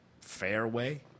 fairway